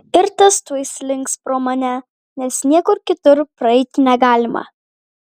ir tas tuoj slinks pro mane nes niekur kitur praeiti negalima